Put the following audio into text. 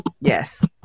Yes